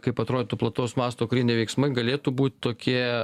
kaip atrodytų plataus masto kariniai veiksmai galėtų būt tokie